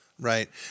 Right